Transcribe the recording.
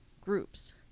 groups